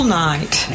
night